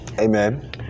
Amen